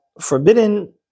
forbidden